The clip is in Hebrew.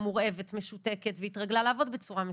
הייתה מורעבת, משותקת והתרגלה לעבוד בצורה מסוימת.